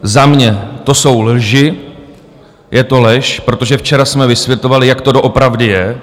Za mě to jsou lži, je to lež, protože včera jsme vysvětlovali, jak to doopravdy je.